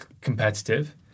competitive